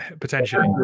potentially